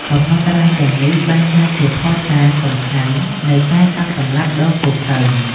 កំណត់ត្រាទាំងនេះបានក្លាយជាភស្តុតាងសំខាន់នៃការកាប់សម្លាប់ដ៏ឃោរឃៅ។